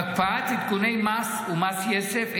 (הקפאת עדכוני מס ומס יסף),